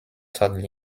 todd